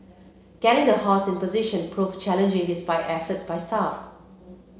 getting the horse in position proved challenging despite efforts by staff